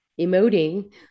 emoting